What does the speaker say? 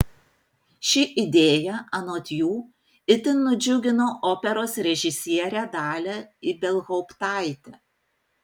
ši idėja anot jų itin nudžiugino operos režisierę dalią ibelhauptaitę